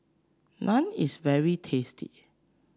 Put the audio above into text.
naan is very tasty